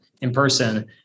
in-person